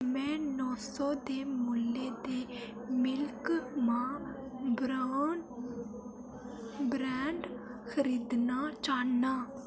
में नौ सौ दे मुल्लै दे मिल्क मा ब्राउन ब्रैड्ड खरीदना चाह्न्नां